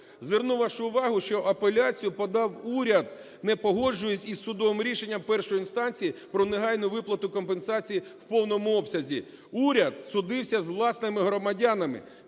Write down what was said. Зверну вашу увагу, що апеляцію подав уряд, не погоджуючись з судовим рішенням першої інстанції про негайну виплату компенсації в повному обсязі. Уряд судився з власними громадянами